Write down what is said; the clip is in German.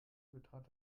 betrat